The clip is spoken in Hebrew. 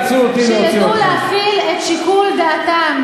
שידעו להפעיל שיקול דעת.